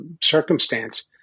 circumstance